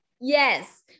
Yes